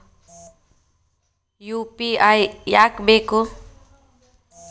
UPI ಯಾಕ್ ಬೇಕು?